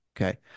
Okay